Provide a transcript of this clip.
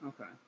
Okay